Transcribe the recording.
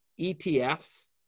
ETFs